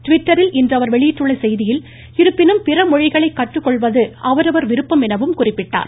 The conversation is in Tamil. ட்விட்டரில் இன்று அவர் வெளியிட்டுள்ள செய்தியில் இருப்பினும் பிற மொழிகளை கற்றுக்கொள்வது அவரவா் விருப்பம் எனவும் குறிப்பிட்டுள்ளார்